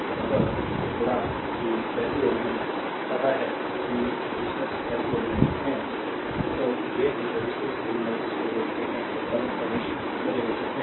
तो अगर कि पैसिव एलिमेंट्स पता है कि रेसिस्टर्स पैसिव एलिमेंट्स हैं तो ये भी रेसिस्टर्स एलिमेंट्स को देखते हैं तो करंट प्रवेश पर्यवेक्षक है